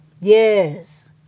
Yes